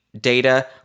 data